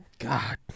God